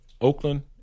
oakland